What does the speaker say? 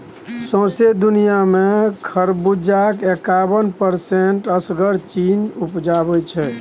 सौंसे दुनियाँ मे खरबुज उपजाक एकाबन परसेंट असगर चीन उपजाबै छै